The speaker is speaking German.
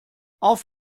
auf